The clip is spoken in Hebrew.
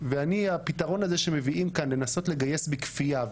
והפתרון הזה שמביאים כאן לנסות לגייס בכפייה,